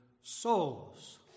souls